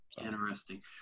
Interesting